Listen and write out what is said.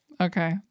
Okay